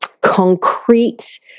concrete